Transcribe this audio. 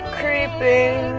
creeping